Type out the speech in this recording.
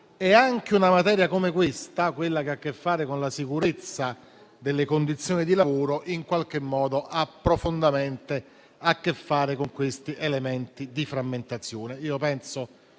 e anche una materia come quella relativa alla sicurezza delle condizioni di lavoro in qualche modo ha profondamente a che fare con questi elementi di frammentazione.